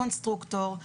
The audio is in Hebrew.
לקונסטרוקטור,